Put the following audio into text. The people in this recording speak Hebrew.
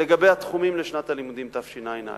לגבי התחומים בשנת הלימודים תשע"א,